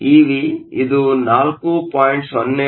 ಆದ್ದರಿಂದ ಇದು Ec EV ಇದು 4